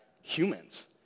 humans